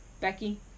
Becky